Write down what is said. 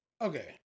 Okay